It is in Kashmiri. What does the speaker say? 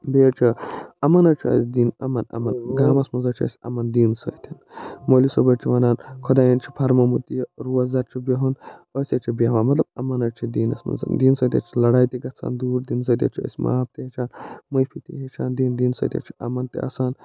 بیٚیہِ حظ چھِ یِمَن حظ چھِ اَسہِ دیٖن یِمَن یِمَن گامَس منٛز حظ چھِ اَسہِ یِمَن دیٖنہٕ سۭتۍ مولوی صوب حظ چھِ وَنان خۄدایَن چھِ فرمومُت یہِ روزدَر چھِ بۄہُن أسۍ حظ چھِ بہوان مطلب اَمَن حظ چھِ دیٖنَس منٛز دیٖن سۭتۍ حظ چھِ لڑایہِ تہِ گژھان دوٗر دیٖن سۭتۍ حظ چھِ أسۍ معاف تہِ ہٮ۪چھان معٲفی تہِ ہٮ۪چھان دِنۍ دیٖنہٕ سۭتۍ حظ چھِ یِمَن تہِ آسان